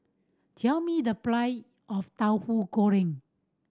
tell me the of Tauhu Goreng